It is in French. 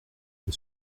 que